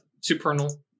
supernal